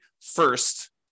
first